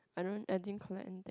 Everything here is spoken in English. I don't I didn't collect anything